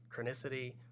chronicity